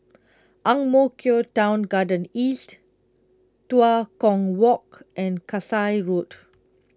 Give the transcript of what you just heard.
Ang Mo Kio Town Garden East Tua Kong Walk and Kasai Road